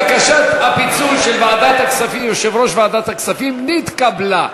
בקשת הפיצול של יושב-ראש ועדת הכספים נתקבלה.